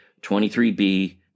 23B